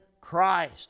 Christ